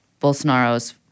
Bolsonaro's